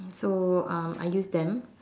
so um I use them